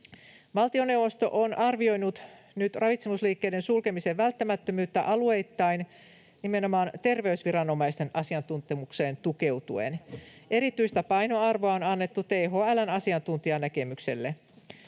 Valtioneuvosto on arvioinut nyt ravitsemusliikkeiden sulkemisen välttämättömyyttä alueittain nimenomaan terveysviranomaisten asiantuntemukseen tukeutuen. Erityistä painoarvoa on annettu THL:n asiantuntijanäkemykselle.